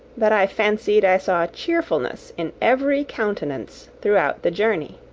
that i fancied i saw cheerfulness in every countenance throughout the journey.